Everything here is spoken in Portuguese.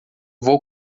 vou